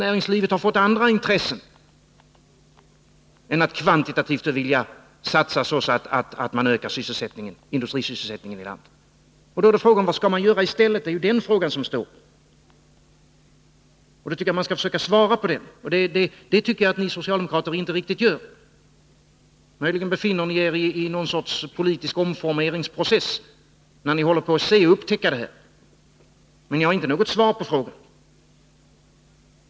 Det har fått andra intressen än att satsa på ett sådant sätt att industrisysselsättningen ökar i landet. Då blir frågan vad man skall göra i stället. Jag tycker att man skall försöka svara på den frågan, och det anser jag att ni socialdemokrater inte gör. Möjligen befinner ni er i någon sorts politisk omformeringsprocess under vilken ni håller på att upptäcka det här. Men ni har inte något svar på frågan.